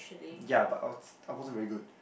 ya but I was I wasn't very good